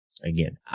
Again